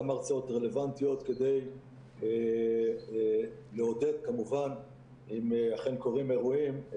רלוונטיות כדי לעודד כמובן אם אכן קורים אירועים,